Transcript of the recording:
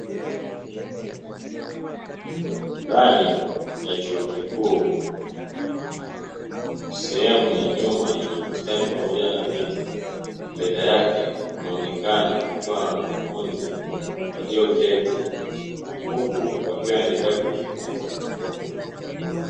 Ndani ya chuo kikuu sehemu ya nyuma yenye bustani pamoja na miti, mbele yake kunaonekana kukiwa na wanafunzi walioketi huku wakiwa wanaendelea kujifunza.